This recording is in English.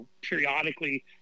periodically